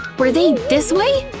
were they this way?